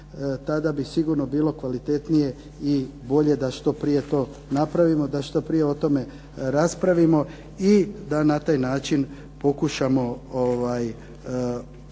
tada bi sigurno bilo kvalitetnije i bolje da to što prije napravimo i da što prije o tome raspravimo i da na taj način pokušamo što